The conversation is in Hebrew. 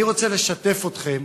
אני רוצה לשתף אתכם